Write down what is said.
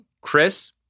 Chris